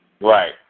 Right